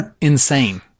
insane